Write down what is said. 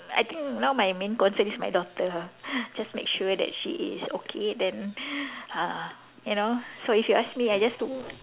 I think now my main concern is now my daughter ah just make sure that she is okay then ah you know so if you ask me I just ho~